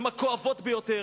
הן הכואבות ביותר.